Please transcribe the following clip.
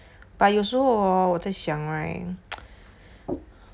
but 有时候 hor 我在想 right